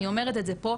אני אומרת את זה פה,